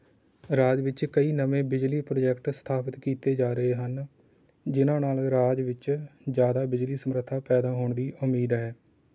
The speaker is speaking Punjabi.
ਰਾਜ ਵਿੱਚ ਕਈ ਨਵੇਂ ਬਿਜਲੀ ਪ੍ਰੋਜੈਕਟ ਸਥਾਪਤ ਕੀਤੇ ਜਾ ਰਹੇ ਹਨ ਜਿਨ੍ਹਾਂ ਨਾਲ ਰਾਜ ਵਿੱਚ ਜ਼ਿਆਦਾ ਬਿਜਲੀ ਸਮਰੱਥਾ ਪੈਦਾ ਹੋਣ ਦੀ ਉਮੀਦ ਹੈ